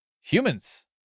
humans